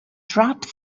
drop